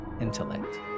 intellect